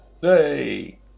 Hey